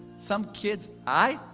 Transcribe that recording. some kids. i?